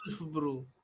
bro